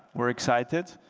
we're excited